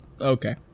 Okay